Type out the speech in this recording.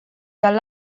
dal